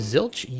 Zilch